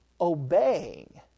obeying